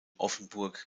offenburg